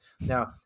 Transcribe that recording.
Now